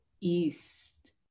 east